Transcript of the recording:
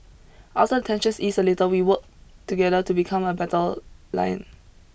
after tensions ease a little we work together to become a battle lion